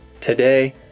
Today